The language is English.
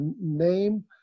name